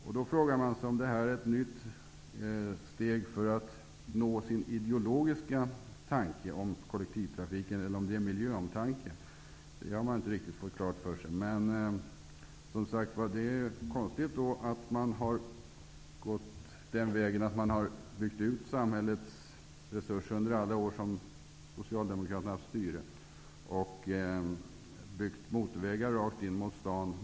Man frågar sig då om detta är ett nytt steg som Socialdemokraterna tar för att nå sitt ideologiska mål när det gäller kollektivtrafiken eller om det är fråga om miljöomtanke. Jag har inte riktigt fått detta klart för mig. Det är konstigt att Socialdemokraterna under alla de år de styrde använde samhällets resurser till att bygga motorvägar, med rödljus i slutänden, rakt in mot stan.